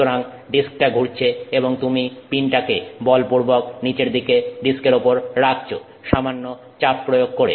সুতরাং ডিস্কটা ঘুরছে এবং তুমি পিনটাকে বলপূর্বক নিচের দিকে ডিস্কের উপর রাখছো সামান্য চাপ প্রয়োগ করে